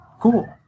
cool